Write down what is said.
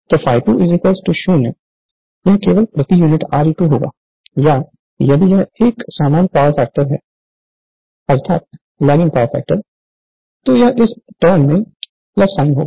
तो∅2 0 यह केवल प्रति यूनिट Re2 होगा या यदि यह एक लैगिंग पावर फैक्टर है तो यह इस टर्म से होगा